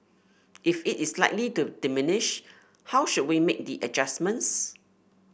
if it is likely to diminish how should we make the adjustments